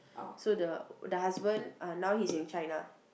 so the the husband uh now he's in China